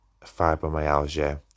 fibromyalgia